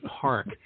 park